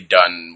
done